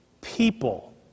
people